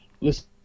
Listen